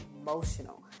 emotional